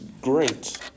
great